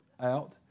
out